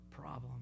problem